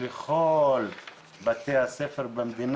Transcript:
כלום,